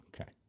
Okay